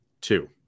two